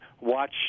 watch